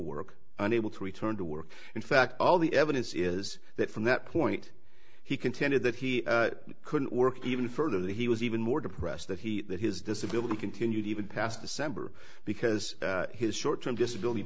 work unable to return to work in fact all the evidence is that from that point he contended that he couldn't work even further that he was even more depressed that he that his disability continued even past december because his short term disability